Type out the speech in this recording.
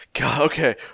Okay